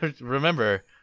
Remember